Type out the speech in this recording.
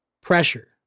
pressure